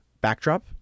backdrop